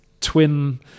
twin